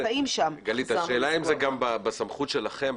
השאלה אם זה בסמכות שלכם,